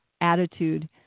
attitude